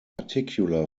particular